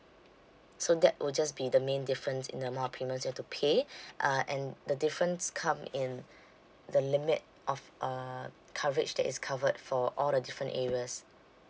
so that will just be the main difference in the amount of payments you have to pay uh and the difference come in the limit of uh coverage that is covered for all the different areas